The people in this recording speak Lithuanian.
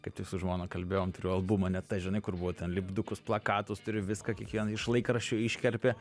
kaip tik su žmona kalbėjom turiu albumą net tą žinai kur buvo ten lipdukus plakatus turiu viską kiekvieną iš laikraščių iškerpi